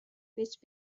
which